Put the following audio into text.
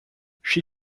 she